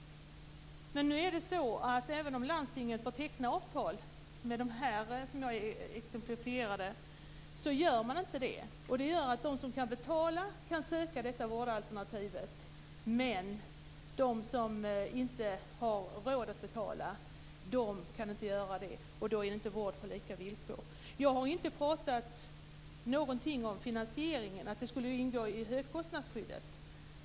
Även om landstingen får teckna avtal med dem som jag exemplifierade, så gör de inte det. Det gör att de som kan betala kan söka detta vårdalternativ, medan de som inte har råd att betala inte kan göra det. Då är det inte vård på lika villkor. Jag har inte talat någonting om finansieringen, att det skulle ingå i högkostnadsskyddet.